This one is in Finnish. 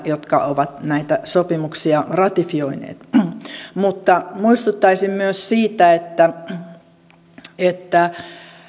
jotka ovat näitä sopimuksia ratifioineet myös suomea mutta muistuttaisin myös siitä että että